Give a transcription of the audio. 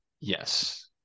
Yes